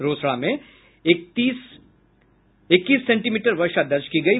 रोसड़ा में इक्कीस सेंटीमीटर वर्षा दर्ज की गयी